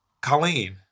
Colleen